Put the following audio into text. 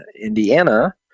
Indiana